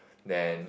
then